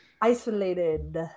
isolated